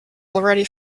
already